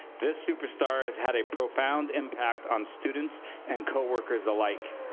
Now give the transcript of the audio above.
this super star has had a profound impact on students and co-workers alike.